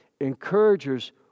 Encouragers